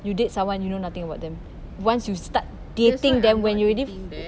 you date someone you know nothing about them once you start dating them when you already